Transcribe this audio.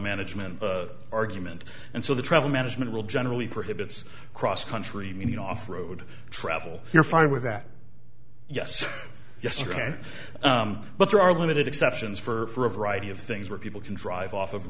management argument and so the travel management role generally prohibits cross country many off road travel you're fine with that yes yes you can but there are limited exceptions for a variety of things where people can drive off of